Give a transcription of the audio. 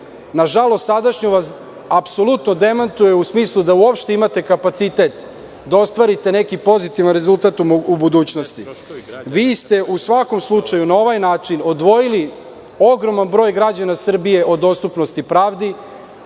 Nažalost, sadašnjost vas apsolutno demantuje u smislu da uopšte imate kapacitet da ostvarite neki pozitivan rezultat u budućnosti. Vi ste u svakom slučaju na ovaj način odvoji ogroman broj građana Srbije od dostupnosti pravdi.